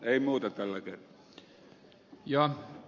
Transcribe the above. ei muuta tällä kertaa